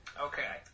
Okay